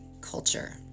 culture